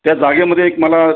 त्या जागेमध्ये एक मला